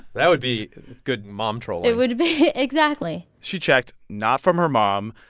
that would be good mom trolling it would be. exactly she checked not from her mom.